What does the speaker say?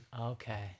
Okay